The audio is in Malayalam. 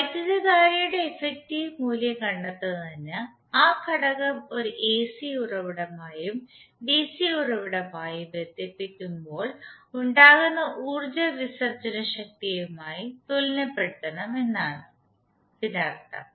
വൈദ്യുതധാരയുടെ ഇഫക്ടിവ് മൂല്യം കണ്ടെത്തുന്നതിന് ആ ഘടകം ഒരു എസി ഉറവിടവുമായും ഡിസി ഉറവിടവുമായും ബന്ധിപ്പിക്കുമ്പോൾ ഉണ്ടാകുന്ന ഉർജ്ജ വിസർജ്ജന ശക്തിയുമായി തുലനപ്പെടുത്തണം എന്നാണ് ഇതിനർത്ഥം